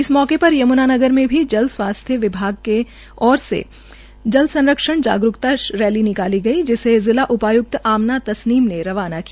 इस मौके र यम्नानगर में भी जन स्वास्थ्य विभाग की ओर से जल संरक्षण जागरूक्ता रैली निकाली गई जिसे जिला उप्राय्क्त आमना तस्मीन ने रवाना किया